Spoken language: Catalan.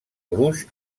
gruix